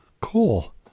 Cool